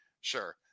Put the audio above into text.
sure